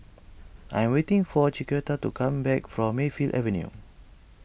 I'm waiting for Chiquita to come back from Mayfield Avenue